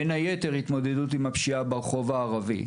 בין היתר עם הפשיעה ברחוב הערבי.